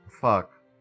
Fuck